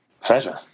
Pleasure